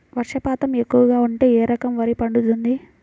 వర్షపాతం ఎక్కువగా ఉంటే ఏ రకం వరి పండుతుంది?